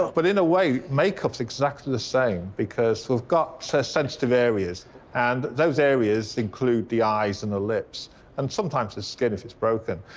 but but in a way, make-up is exactly the same because we've got so sensitive areas and those areas include the eyes and the lips and sometimes the skin if it's broken.